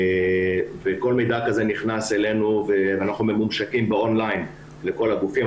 כל מידע כזה נכנס אלינו ואנחנו מומשקים ב"און-ליין" לכל הגופים.